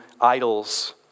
idols